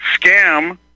scam